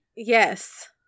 yes